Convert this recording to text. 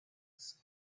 was